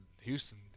Houston